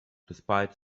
despite